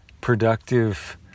productive